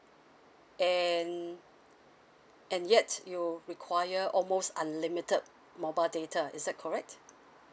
and and yet you require almost unlimited mobile data is that correct